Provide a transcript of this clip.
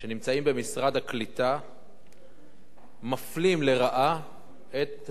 הקליטה מפלים לרעה את תושבי ישראל,